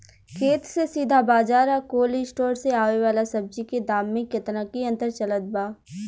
खेत से सीधा बाज़ार आ कोल्ड स्टोर से आवे वाला सब्जी के दाम में केतना के अंतर चलत बा?